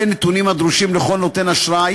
אלה נתונים הדרושים לכל נותן אשראי